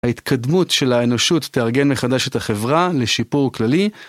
ההתקדמות של האנושות תארגן מחדש את החברה לשיפור כללי.